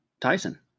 Tyson